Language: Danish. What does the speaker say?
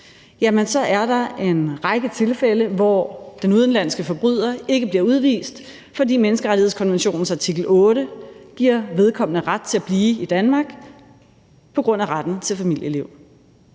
er der en række tilfælde, hvor den udenlandske forbryder ikke bliver udvist, fordi menneskerettighedskonventionens artikel 8 giver vedkommende ret til at blive i Danmark på grund af retten til familieliv.